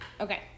Okay